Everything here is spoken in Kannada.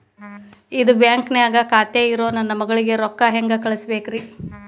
ಇದ ಬ್ಯಾಂಕ್ ನ್ಯಾಗ್ ಖಾತೆ ಇರೋ ನನ್ನ ಮಗಳಿಗೆ ರೊಕ್ಕ ಹೆಂಗ್ ಕಳಸಬೇಕ್ರಿ?